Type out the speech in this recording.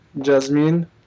Jasmine